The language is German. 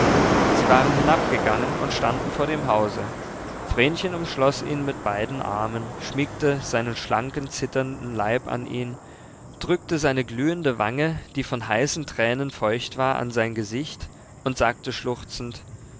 sie waren hinabgegangen und standen vor dem hause vrenchen umschloß ihn mit beiden armen schmiegte seinen schlanken zitternden leib an ihn drückte seine glühende wange die von heißen tränen feucht war an sein gesicht und sagte schluchzend